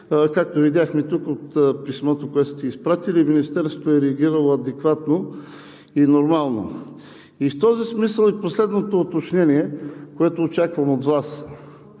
както видяхме тук от писмото, което сте изпратили, Министерството е реагирало адекватно и нормално? И в този смисъл е последното уточнение, което очаквам от Вас: